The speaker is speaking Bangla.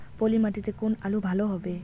পলি মাটিতে কোন আলু ভালো হবে?